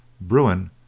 Bruin